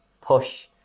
push